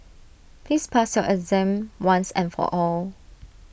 please pass your exam once and for all